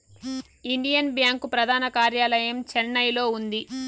Indian bank ప్రధాన కార్యాలయం చెన్నైలో ఉంది